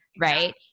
right